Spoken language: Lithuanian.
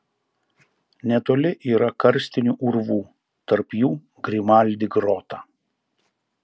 netoli yra karstinių urvų tarp jų grimaldi grota